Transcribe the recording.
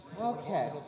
Okay